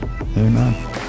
Amen